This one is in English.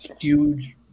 huge